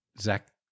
Zach